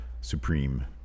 supreme